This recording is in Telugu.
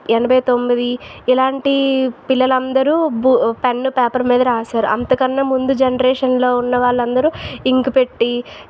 ఎనభై తొమ్మిది ఇలాంటి పిల్లలందరూ పెన్ను పేపర్ మీద రాశారు అంతకన్నా ముందు జనరేషన్లో ఉన్న వాళ్ళందరూ ఇంకు పెట్టి